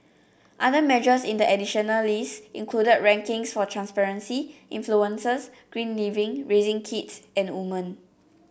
other measures in the additional list included rankings for transparency influences green living raising kids and woman